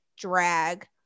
drag